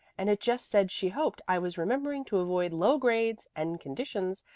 and it just said she hoped i was remembering to avoid low grades and conditions,